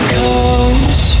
comes